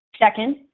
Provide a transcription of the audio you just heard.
Second